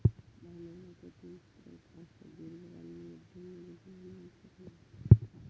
भांडवलाचो तीन स्रोत आसत, दीर्घकालीन, मध्यम मुदती आणि अल्पकालीन